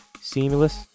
seamless